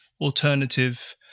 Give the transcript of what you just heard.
alternative